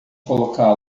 colocá